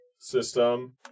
system